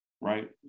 right